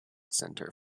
centre